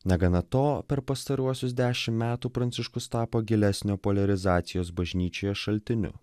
negana to per pastaruosius dešimt metų pranciškus tapo gilesnio poliarizacijos bažnyčioje šaltiniu